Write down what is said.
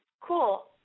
cool